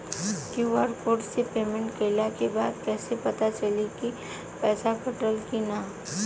QR code से payment कईला के बाद कईसे पता चली की पैसा कटल की ना?